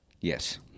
Yes